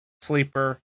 sleeper